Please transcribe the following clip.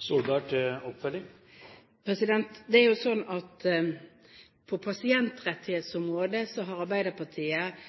Det er jo slik at på pasientrettighetsområdet har Arbeiderpartiet